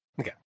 Okay